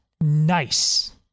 nice